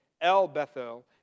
El-Bethel